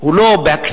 הוא לא בהקצנה,